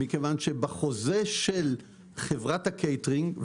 מכיוון שבחוזה של חברת הקייטרינג,